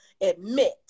admit